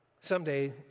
someday